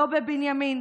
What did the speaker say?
לא בבנימין,